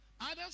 Others